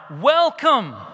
welcome